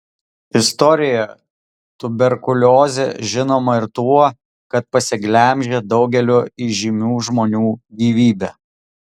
istorijoje tuberkuliozė žinoma ir tuo kad pasiglemžė daugelio įžymių žmonių gyvybę